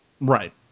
Right